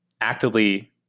actively